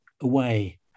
away